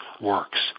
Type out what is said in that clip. works